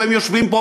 והם יושבים פה,